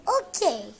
Okay